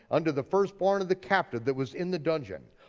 unto the firstborn of the captive that was in the dungeon.